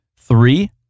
Three